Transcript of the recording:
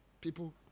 People